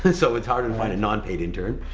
and so it's harder to find a non paid intern,